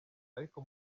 ariko